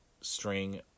string